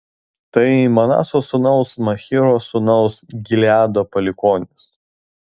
tai manaso sūnaus machyro sūnaus gileado palikuonys